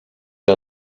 que